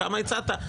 כמה הצעת?